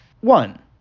One